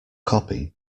copy